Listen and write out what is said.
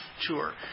Sure